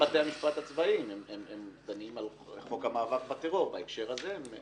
בתי המשפט הצבאיים דנים על חוק המאבק בטרור --- לא,